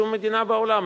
בשום מדינה בעולם.